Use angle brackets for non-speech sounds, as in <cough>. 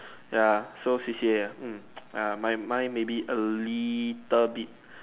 ya so C_C_A ah hmm <noise> mine mine maybe a little bit